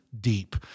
deep